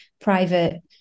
private